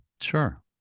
Sure